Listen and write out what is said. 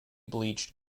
bleached